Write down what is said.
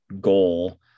goal